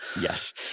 Yes